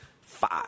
five